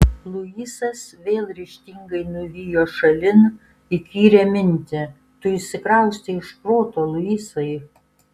luisas vėl ryžtingai nuvijo šalin įkyrią mintį tu išsikraustei iš proto luisai